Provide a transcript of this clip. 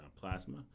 plasma